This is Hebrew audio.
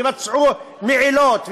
יבצעו מעילות,